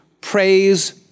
praise